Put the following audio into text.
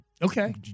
Okay